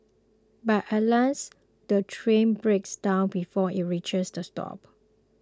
but alas the train breaks down before it reaches the stop